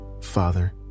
father